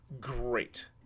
Great